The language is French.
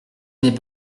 n’est